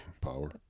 Power